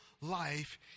life